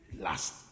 last